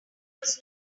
was